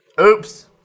Oops